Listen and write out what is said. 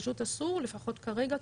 פשוט אסור לפחות כרגע,